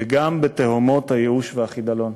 וגם בתהומות הייאוש והחידלון.